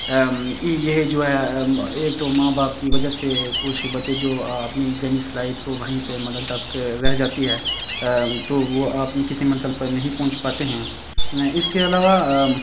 یہ جو ہے ایک تو ماں باپ کی وجہ سے کچھ بچے جو اپنی ذہنی صلاحیت کو وہیں پہ مطلب دب کے رہ جاتی ہے تو وہ اپنی کسی منزل پہ نہیں پہنچ پاتے ہیں اس کے علاوہ